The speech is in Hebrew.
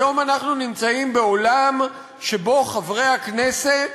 היום אנחנו נמצאים בעולם שבו חברי הכנסת